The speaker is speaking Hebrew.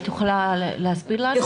את יכולה להסביר לנו?